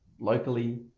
locally